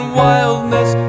wildness